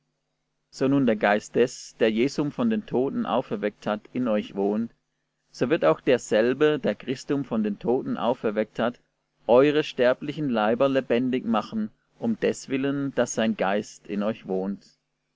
so nun der geist des der jesum von den toten auferweckt hat in euch wohnt so wird auch derselbe der christum von den toten auferweckt hat eure sterblichen leiber lebendig machen um deswillen daß sein geist in euch wohnt